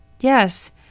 Yes